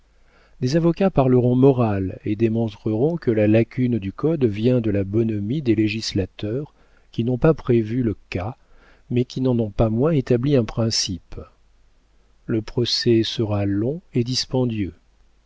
des avocats parleront morale et démontreront que la lacune du code vient de la bonhomie des législateurs qui n'ont pas prévu le cas mais qui n'en ont pas moins établi un principe le procès sera long et dispendieux